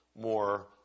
more